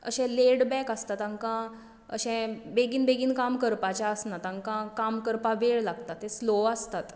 अशें laid back आसतात तांकां अशें बेगीन बेगीन काम करपाचें आसना तांकां काम करपाक वेळ लागता ते स्लोव आसतात